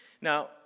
Now